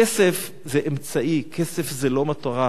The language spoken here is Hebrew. כסף זה אמצעי, כסף זה לא מטרה.